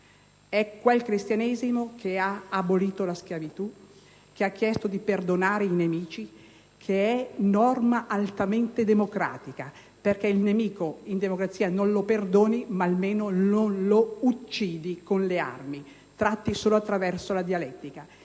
di quel Cristianesimo che ha abolito la schiavitù e ha chiesto di perdonare i nemici. Questa è una norma altamente democratica perché il nemico, in democrazia, magari non lo perdoni, ma almeno non lo uccidi con le armi: tratti solo attraverso la dialettica.